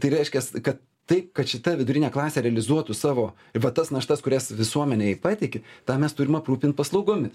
tai reiškias kad taip kad šita vidurinė klasė realizuotų savo va tas naštas kurias visuomenei patiki tą mes turim aprūpint paslaugomis